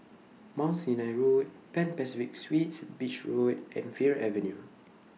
Mount Sinai Road Pan Pacific Suites Beach Road and Fir Avenue